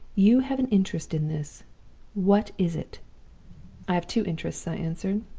you have an interest in this what is it i have two interests i answered.